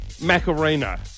Macarena